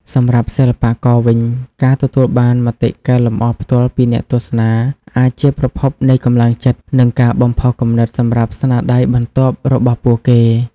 សម្រាប់សិល្បករវិញ ការទទួលបានមតិកែលម្អផ្ទាល់ពីអ្នកទស្សនាអាចជាប្រភពនៃកម្លាំងចិត្ត និងការបំផុសគំនិតសម្រាប់ស្នាដៃបន្ទាប់របស់ពួកគេ។